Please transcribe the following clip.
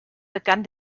begann